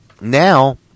now